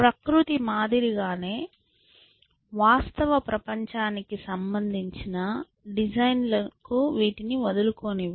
ప్రకృతి మాదిరిగానే వాస్తవ ప్రపంచానికి సంబంధించిన డిజైన్ల కు వీటిని వదులుకోనివ్వము